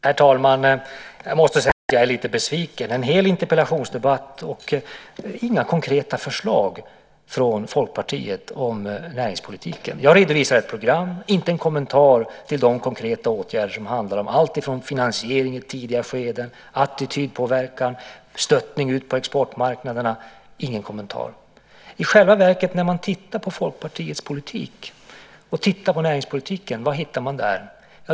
Herr talman! Jag måst säga att jag är lite besviken. En hel interpellationsdebatt och inga konkreta förslag från Folkpartiet om näringspolitiken. Jag redovisar ett program. Jag får inte en kommentar till de konkreta åtgärder som handlar om allt från finansiering i tidiga skeden och attitydpåverkan till stöttning ut på exportmarknaderna - ingen kommentar! Vad hittar man i själva verket när man tittar på Folkpartiets näringspolitik?